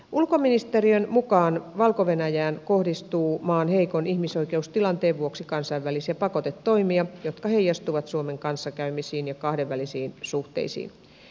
ulkoministeriön mukaan valko venäjään kohdistuu maan heikon ihmisoikeustilanteen vuoksi kansainvälisiä pakotetoimia jotka heijastuvat suomen kanssakäymisiin ja kahdenvälisiin suhteisiin